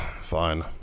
fine